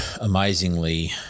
amazingly